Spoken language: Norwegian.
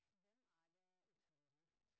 den måten har